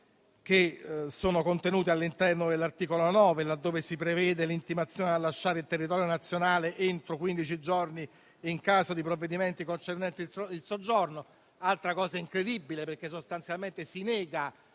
quelle contenute all'interno dell'articolo 9, laddove si prevede l'intimazione a lasciare il territorio nazionale entro quindici giorni in caso di provvedimenti concernenti il soggiorno: altra cosa incredibile, perché sostanzialmente si nega